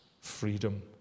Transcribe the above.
freedom